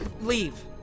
Leave